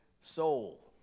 soul